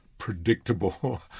predictable